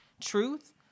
truth